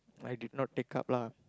I did not take up lah